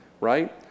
right